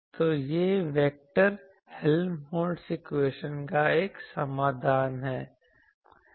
तो यह vector Helmholtz equation का एक समाधान है